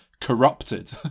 corrupted